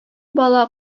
бала